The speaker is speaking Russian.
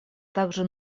также